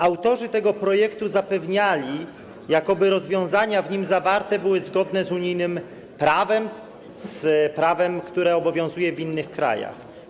Autorzy tego projektu zapewniali, jakoby rozwiązania w nim zawarte były zgodne z unijnym prawem, z prawem, które obowiązuje w innych krajach.